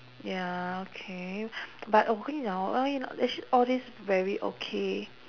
ya okay but 我跟你讲 hor I mean actually all these very okay